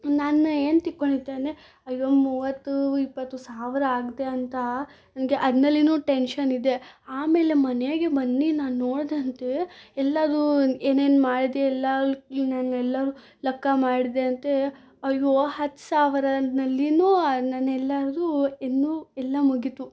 ನಾನು ಏನು ತಿಕ್ಕೊಂಡಿದ್ದೆ ಅಂದರೆ ಅಯ್ಯೋ ಮೂವತ್ತು ಇಪ್ಪತ್ತು ಸಾವಿರ ಆಗ್ತೆ ಅಂತ ನನಗೆ ಅದ್ರಲ್ಲಿನು ಟೆನ್ಷನ್ ಇದೆ ಆಮೇಲೆ ಮನೆಗೆ ಬಂದು ನಾನು ನೋಡಿದಂತೆ ಎಲ್ಲದು ಏನೇನು ಮಾಡಿದೆ ಎಲ್ಲ ನಾನು ಎಲ್ಲ ಲೆಕ್ಕ ಮಾಡಿದೆ ಅಂತೆ ಅಯ್ಯೊ ಹತ್ತು ಸಾವಿರನಲ್ಲಿನೂ ನಾನು ಎಲ್ಲರ್ದು ಇನ್ನೂ ಎಲ್ಲ ಮುಗೀತು